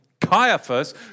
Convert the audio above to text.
Caiaphas